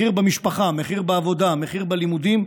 מחיר במשפחה, מחיר בעבודה, מחיר בלימודים,